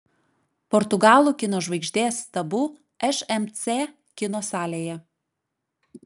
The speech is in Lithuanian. portugalų kino žvaigždės tabu šmc kino salėje